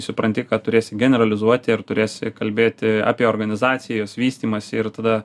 supranti kad turėsi generalizuoti ir turėsi kalbėti apie organizacijos vystymąsi ir tada